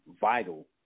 vital